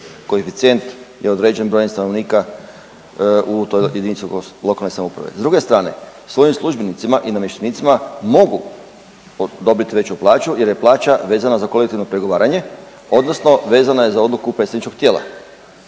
Koeficijent je određen brojem stanovnika u toj jedinici lokalne samouprave. S druge strane svojim službenicima i namještenicima mogu odobriti veću plaću jer je plaća vezana za kolektivno pregovaranje odnosno vezana je za odluku predstavničkog tijela.